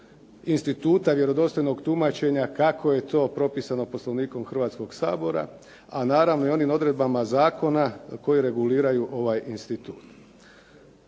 instituta vjerodostojnog tumačenja, kako je to propisano Poslovnikom Hrvatskoga sabora a naravno i onim odredbama zakona koji reguliraju ovaj institut.